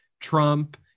Trump